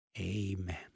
Amen